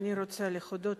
שאני רוצה להודות